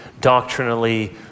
doctrinally